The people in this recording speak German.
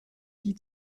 die